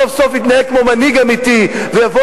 סוף-סוף יתנהג כמו מנהיג אמיתי ויבוא